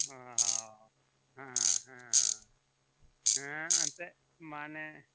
ᱚᱻ ᱦᱮᱸ ᱦᱮᱸ ᱦᱮᱸ ᱮᱱᱛᱮᱫ ᱢᱟᱱᱮ